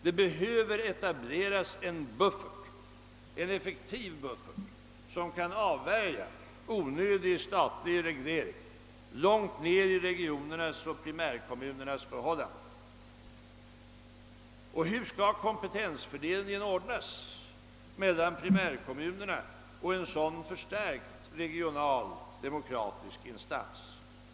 Det behöver etableras en effektiv buffert som kan avvärja onödig statlig reglering långt ner i regionernas och primärkommunernas förhållanden. Och hur skall kompetensfördelningen ' ordnas mellan primärkommunerna och en sådan förstärkt regional demokratisk instans?